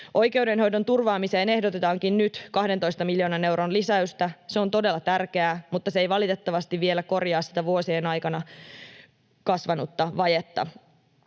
Oikeudenhoidon turvaamiseen ehdotetaankin nyt 12 miljoonan euron lisäystä. Se on todella tärkeää, mutta se ei valitettavasti vielä korjaa sitä vuosien aikana kasvanutta vajetta.